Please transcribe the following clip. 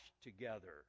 together